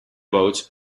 boats